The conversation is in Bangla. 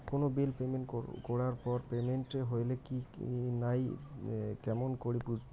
কোনো বিল পেমেন্ট করার পর পেমেন্ট হইল কি নাই কেমন করি বুঝবো?